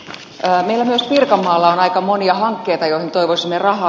meillä myös pirkanmaalla on aika monia hankkeita joihin toivoisimme rahaa